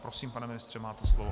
Prosím, pane mistře, máte slovo.